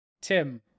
Tim